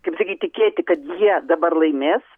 kaip sakyt tikėti kad jie dabar laimės